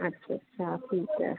ਅੱਛਾ ਅੱਛਾ ਠੀਕ ਹੈ